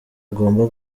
agomba